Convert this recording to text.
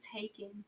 taking